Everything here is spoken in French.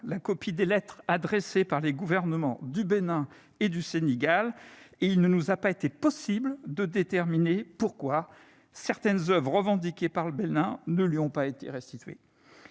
la copie des lettres adressées par les gouvernements du Bénin et du Sénégal, et il ne nous a pas été possible de déterminer pourquoi certaines oeuvres revendiquées par le Bénin ne lui ont pas été restituées.